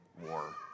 war